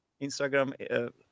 Instagram